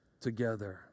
together